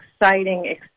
exciting